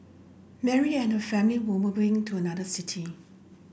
Mary and her family were moving to another city